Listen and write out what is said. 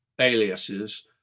aliases